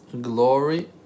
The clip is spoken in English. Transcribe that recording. glory